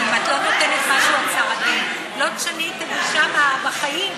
אם את לא נותנת משהו הצהרתי לא תשני את הגישה בחיים.